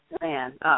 Man